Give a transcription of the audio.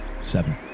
Seven